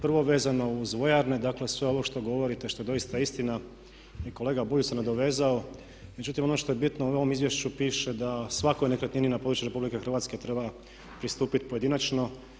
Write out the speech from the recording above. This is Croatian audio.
Prvo vezano uz vojarne, dakle sve ovo što govorite i što je doista istina i kolega Bulj se nadovezao međutim ono što je bitno u ovom izvješću piše da svakoj nekretnini na području RH treba pristupiti pojedinačno.